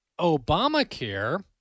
Obamacare—